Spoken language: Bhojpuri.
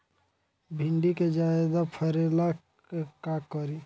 भिंडी के ज्यादा फरेला का करी?